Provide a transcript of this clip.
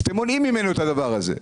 אתם מונעים ממנו את הדבר הזה.